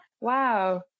Wow